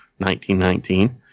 1919